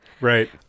Right